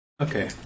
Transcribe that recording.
Okay